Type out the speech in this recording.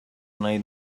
nahi